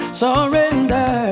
surrender